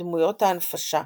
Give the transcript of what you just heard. בדמויות ההנפשה,